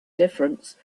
difference